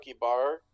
bar